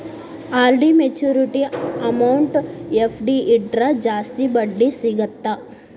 RD maturity amount FD ಇಟ್ರ ಜಾಸ್ತಿ ಬಡ್ಡಿ ಸಿಗತ್ತಾ